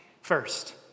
First